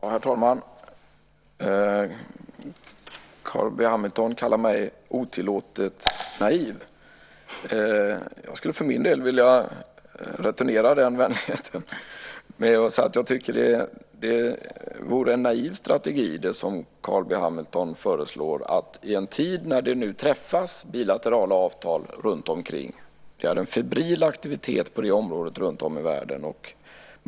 Herr talman! Carl B Hamilton kallar mig otillåtet naiv. Jag skulle för min del vilja returnera den vänligheten med att säga att jag tycker att det som Carl B Hamilton föreslår vore en naiv strategi. Vi lever i en tid när det träffas bilaterala avtal runtomkring. Det råder febril aktivitet på det området runtom i världen.